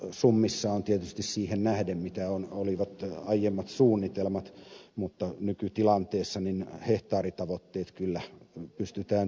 leikkausta summissa on tietysti siihen nähden mitä olivat aiemmat suunnitelmat mutta nykytilanteessa hehtaaritavoitteet kyllä pystytään täyttämään